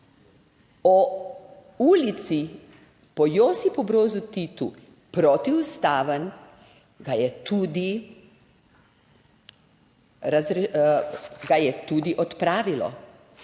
o ulici po Josipu Brozu Titu protiustaven, ga je tudi odpravilo.